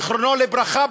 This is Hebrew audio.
זיכרונו לברכה,